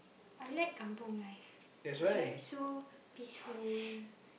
I like kampung life is like so peaceful